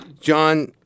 John